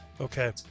Okay